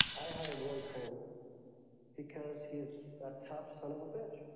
i hired roy cohn because he is a tough son of a bitch.